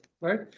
right